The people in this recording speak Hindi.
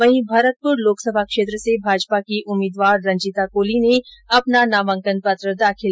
वहीं भरतपुर लोकसभा क्षेत्र से भाजपा की उम्मीदवार रंजीता कोली ने अपना नामांकन पत्र भरा